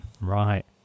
Right